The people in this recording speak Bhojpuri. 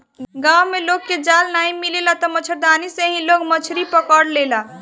गांव में लोग के जाल नाइ मिलेला तअ मछरदानी से ही लोग मछरी पकड़ लेला